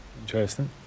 Interesting